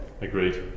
Agreed